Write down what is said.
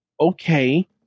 okay